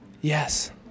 Yes